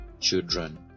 children